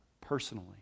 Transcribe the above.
personally